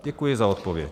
Děkuji za odpověď.